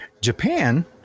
Japan